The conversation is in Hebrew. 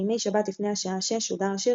בימי שבת לפני השעה 1800 שודר השיר